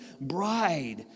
bride